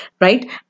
right